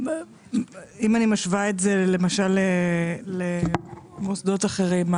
אם אני משווה את זה למוסדות אחרים?